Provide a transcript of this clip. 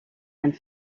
and